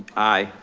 aye.